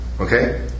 Okay